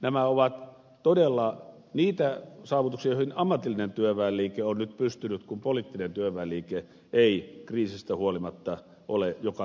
nämä ovat todella niitä saavutuksia joihin ammatillinen työväenliike on nyt pystynyt kun poliittinen työväenliike ei kriisistä huolimatta ole joka pöytään kelvannut